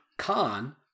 khan